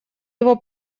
его